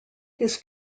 his